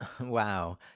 Wow